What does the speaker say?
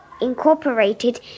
incorporated